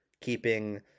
keeping